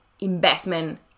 investment